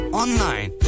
online